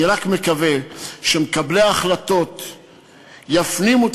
אני רק מקווה שמקבלי ההחלטות יפנימו את